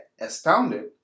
astounded